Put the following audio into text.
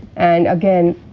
and again,